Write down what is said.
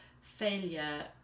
failure